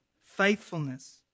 faithfulness